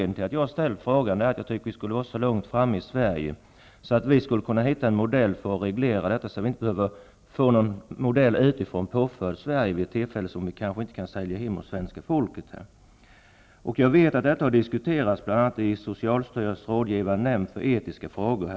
När jag ställde frågan trodde jag att vi var så långt framme i Sverige att vi skulle kunna hitta en modell för att reglera detta, att vi inte skulle få en modell utifrån påförd oss vid ett tillfälle då vi inte kan ''sälja'' den hem hos svenska folket. Jag vet att detta har diskuterats bl.a. i socialstyrelsens rådgivande nämnd för etikfrågor.